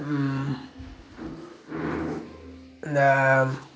இந்த